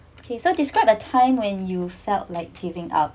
okay so describe a time when you felt like giving up